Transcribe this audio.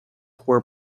were